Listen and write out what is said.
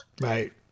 Right